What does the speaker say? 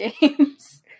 games